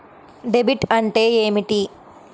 Debit అంటే ఏమిటి?